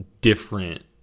different